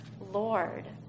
Lord